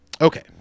Okay